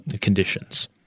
conditions